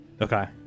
Okay